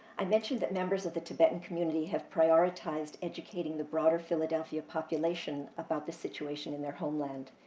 i mentioned that members of the tibetan community have prioritized educating the broader philadelphia population about the situation in their homeland.